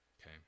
okay